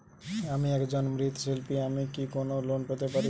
আমি একজন মৃৎ শিল্পী আমি কি কোন লোন পেতে পারি?